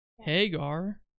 Hagar